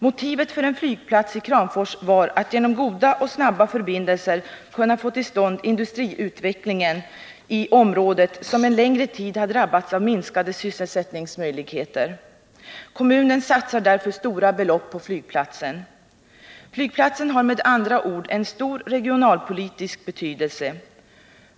Motivet för en flygplats i Kramfors var att man genom goda och snabba förbindelser skulle kunna få till stånd industriutvecklingen i området, som en längre tid har drabbats av att sysselsättningsmöjligheterna har minskat. Kommunen satsar därför stora belopp på flygplatsen. Flygplatsen har med andra ord en stor regionalpolitisk betydelse.